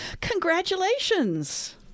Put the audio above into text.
Congratulations